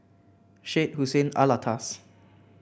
Syed Hussein Alatas